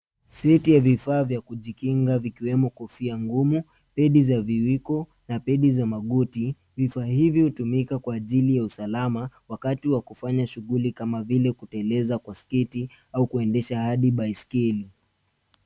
Seti ya vifaa vya kujikinga vikiwemo kofia ngumu, pedi za viwiko na pedi za magoti. Vifaa hivyo hutumika kwa ajili ya usalama wakati wa kufanya shughuli kama vile kuteleza kwa sketi au kuendesha hadi baisikeli.